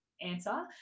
answer